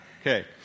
Okay